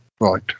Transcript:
Right